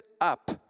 up